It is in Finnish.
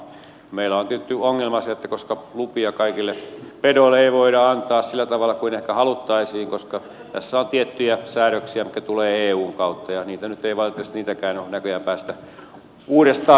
meillä on tietty ongelma se että lupia kaikkiin petoihin ei voida antaa sillä tavalla kuin ehkä haluttaisiin koska tässä on tiettyjä säädöksiä mitkä tulevat eun kautta ja niitäkään nyt ei valitettavasti näköjään päästä uudestaan neuvottelemaan